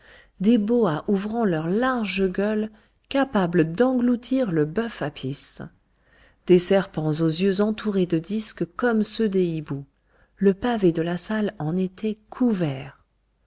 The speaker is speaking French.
des boas ouvrant leur large gueule capable d'engloutir le bœuf apis des serpents aux yeux entourés de disques comme ceux des hiboux le pavé de la salle en était couvert